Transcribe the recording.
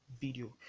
video